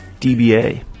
DBA